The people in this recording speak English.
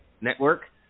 network